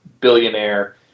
billionaire